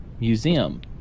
museum